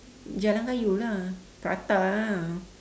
jalan-kayu lah prata ah